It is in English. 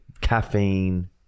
caffeine